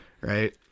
right